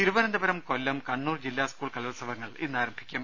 തിരുവനന്തപുരം കൊല്ലം കണ്ണൂർ ജില്ലാ സ്കൂൾ കലോത്തവങ്ങൾ ഇന്ന് ആരംഭി ക്കും